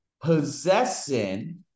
possessing